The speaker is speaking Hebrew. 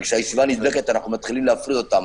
-- וכשהישיבה נדבקת, אנחנו מתחילים להפריד אותם.